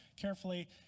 carefully